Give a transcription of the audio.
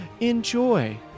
enjoy